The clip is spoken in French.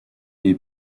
les